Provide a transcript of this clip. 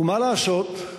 ומה לעשות,